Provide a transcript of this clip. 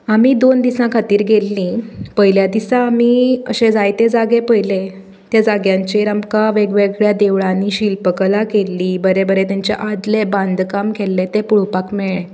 आमी दोन दिसा खातीर गेल्लीं पयल्या दिसा आमी अशें जायते जागे अशें पयले त्या जाग्याचेर आमकां वेगवेगळ्या देवळांनी शिल्पकला केल्ली बरें बरें तेंचें आदलें बांदकाम केल्लें तें पळोवपाक मेळ्ळें